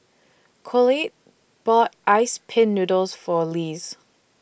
Colette bought Ice Pin Noodles For Lise